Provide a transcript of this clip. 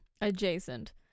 Adjacent